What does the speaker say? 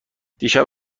دیشب